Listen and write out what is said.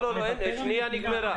לא, השנייה נגמרה.